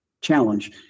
challenge